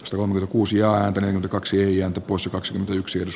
suomi kuusi ääntä kaksi ja osa kaksi yksi x